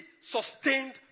sustained